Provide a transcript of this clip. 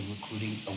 recruiting